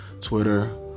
Twitter